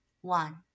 one